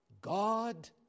God